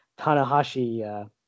Tanahashi